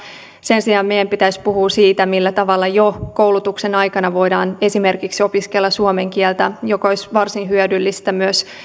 sen sijaan meidän pitäisi puhua siitä millä tavalla jo koulutuksen aikana voidaan esimerkiksi opiskella suomen kieltä joka olisi varsin hyödyllistä myös